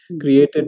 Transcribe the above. created